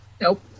nope